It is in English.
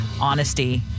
honesty